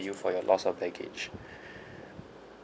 you for your loss of baggage